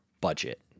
budget